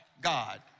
God